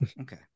Okay